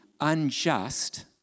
unjust